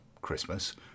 Christmas